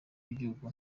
w’igihugu